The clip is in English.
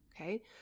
okay